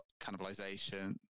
cannibalization